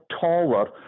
taller